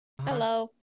Hello